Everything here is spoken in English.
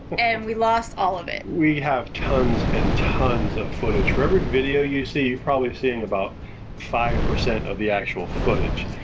and we lost all of it. we have tons and tons of footage. for every video you see, you're probably seeing about five percent of the actual footage.